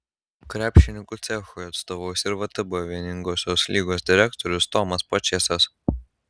krepšininkų cechui atstovaus ir vtb vieningosios lygos direktorius tomas pačėsas